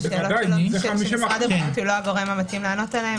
זאת שאלה שלא אנחנו הגורם המתאים לענות עליה.